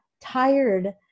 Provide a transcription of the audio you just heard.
tired